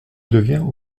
devient